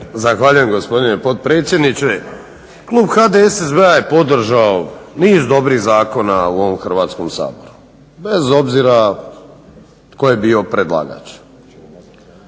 Zahvaljujem gospodine potpredsjedniče. Klub HDSSB-a je podržao niz dobrih zakona u ovom Hrvatskom saboru bez obzira tko je bio predlagač.